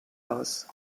aus